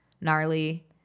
gnarly